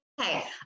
okay